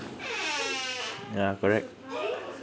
ya correct